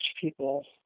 people